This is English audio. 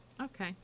okay